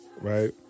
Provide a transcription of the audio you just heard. right